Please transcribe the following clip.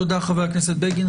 תודה, חבר הכנסת בגין.